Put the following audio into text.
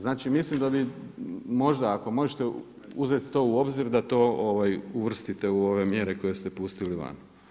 Znači mislim da bi možda ako možete uzeti u obzir da to uvrstite u ove mjere koje ste pustili van.